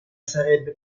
sarebbe